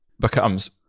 becomes